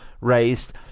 raised